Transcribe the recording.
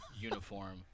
uniform